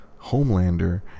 Homelander